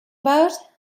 about